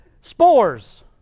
spores